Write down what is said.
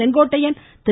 செங்கோட்டையன் கிரு